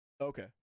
Okay